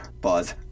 pause